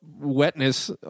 wetness